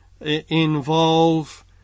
involve